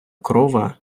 корова